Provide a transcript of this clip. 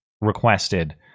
requested